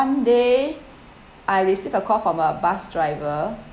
one day I received a call from a bus driver